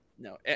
No